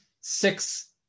six